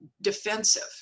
defensive